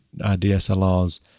DSLRs